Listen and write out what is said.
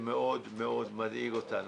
שמאוד מאוד מדאיג אותנו.